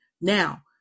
Now